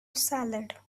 salad